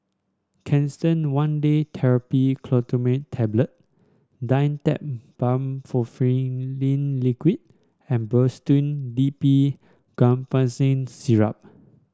Canesten one Day Therapy Tablet Dimetapp Brompheniramine Liquid and Robitussin D B Guaiphenesin Syrup